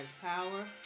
power